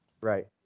right